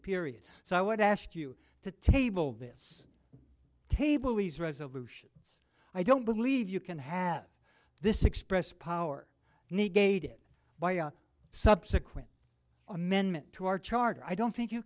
period so i would ask you to table this table ease resolutions i don't believe you can have this express power negated by a subsequent amendment to our charter i don't think you